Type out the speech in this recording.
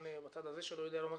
מצבו.